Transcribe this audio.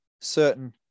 certain